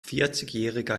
vierzigjähriger